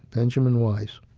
benjamin wise.